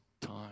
time